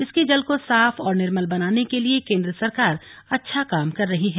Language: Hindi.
इसके जल को साफ और निर्मल बनाने के लिए केंद्र सरकार अच्छा काम कर रही है